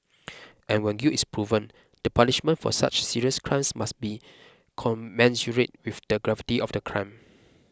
and when guilt is proven the punishment for such serious crimes must be commensurate with the gravity of the crime